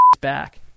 back